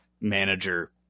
manager